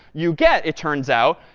you get, it turns out,